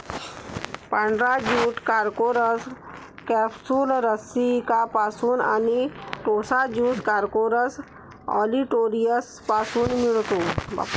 पांढरा jute Corchorus कॅप्सुलरिसपासून आणि टोसा ज्यूट कॉर्कोरस ऑलिटोरियसपासून मिळतो